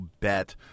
bet